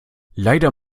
leider